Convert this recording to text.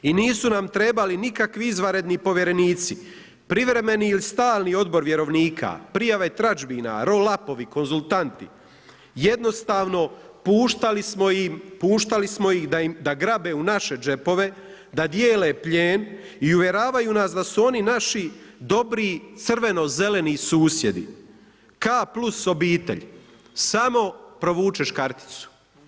I nisu nam trebali nikakvi izvanredni povjerenici, privremeni ili stalni odbor vjerovnika, prijava i tradžbina, roll up-ovi, konzultanti, jednostavno puštali smo ih da grabe u naše džepove, da dijele plijen i uvjeravaju nas da su oni naši dobri crveno zeleni susjedi, K plus obitelj, samo provučeš karticu.